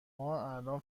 الان